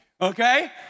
Okay